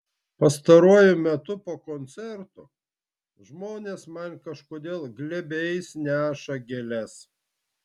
pastaruoju metu po koncertų žmonės man kažkodėl glėbiais neša gėles